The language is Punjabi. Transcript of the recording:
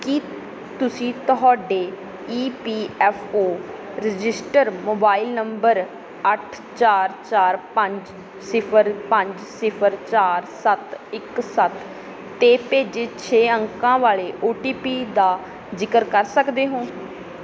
ਕੀ ਤੁਸੀਂ ਤੁਹਾਡੇ ਈ ਪੀ ਐੱਫ ਔ ਰਜਿਸਟਰਡ ਮੋਬਾਈਲ ਨੰਬਰ ਅੱਠ ਚਾਰ ਚਾਰ ਪੰਜ ਸਿਫਰ ਪੰਜ ਸਿਫਰ ਚਾਰ ਸੱਤ ਇੱਕ ਸੱਤ 'ਤੇ ਭੇਜੇ ਛੇ ਅੰਕਾਂ ਵਾਲੇ ਓ ਟੀ ਪੀ ਦਾ ਜ਼ਿਕਰ ਕਰ ਸਕਦੇ ਹੋ